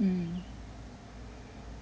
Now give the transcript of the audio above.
mm